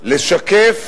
לשקף